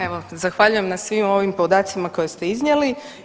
Evo zahvaljujem na svim ovim podacima koje ste iznijeli.